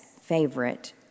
favorite